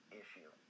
issue